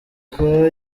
kuba